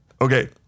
Okay